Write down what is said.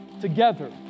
Together